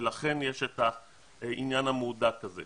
לכן יש את העניין המהודק הזה.